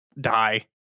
die